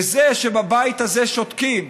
וזה שבבית הזה שותקים